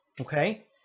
okay